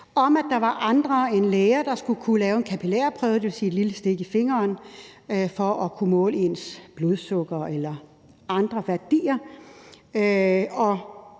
– at der var andre end læger, der skulle kunne lave en kapillærprøve, dvs. lave et lille stik i fingeren for at kunne måle blodsukker eller andre værdier.